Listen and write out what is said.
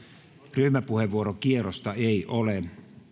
ryhmäpuheenvuorokierrosta ei ole